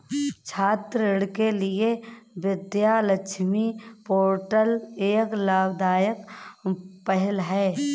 छात्र ऋण के लिए विद्या लक्ष्मी पोर्टल एक लाभदायक पहल है